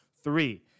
three